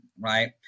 right